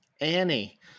Annie